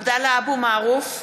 (קוראת בשמות חברי הכנסת) עבדאללה אבו מערוף,